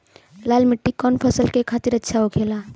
लाल मिट्टी कौन फसल के लिए अच्छा होखे ला?